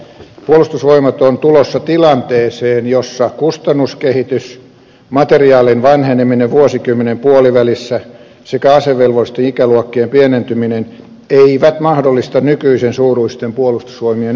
puolustusvoimat on tulossa tilanteeseen jossa kustannuskehitys materiaalien vanheneminen vuosikymmenen puolivälissä sekä asevelvollisten ikäluokkien pienentyminen eivät mahdollista nykyisen suuruisten puolustusvoimien ylläpitoa